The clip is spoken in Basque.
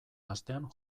astean